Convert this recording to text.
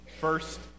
First